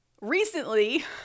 Recently